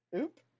Oop